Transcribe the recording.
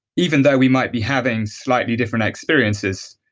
even though we might be having slightly different experiences